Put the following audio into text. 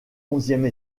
onzième